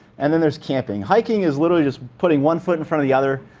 and then there's camping. hiking is literally just putting one foot in front of the other.